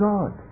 God